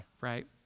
right